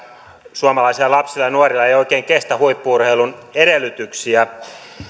suomalaisilla lapsilla ja nuorilla ei oikein kestä huippu urheilun edellytyksiä